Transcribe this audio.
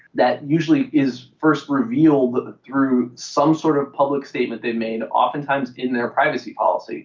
that usually is first revealed through some sort of public statement they've made, oftentimes in their privacy policy.